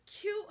cute